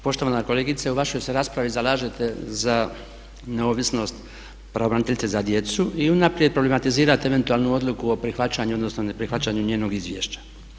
Poštovana kolegice, u vašoj se raspravi zalažete za neovisnost pravobraniteljice za djecu i unaprijed problematizirate eventualnu odluku o prihvaćanju odnosno ne prihvaćanju njenog izvješća.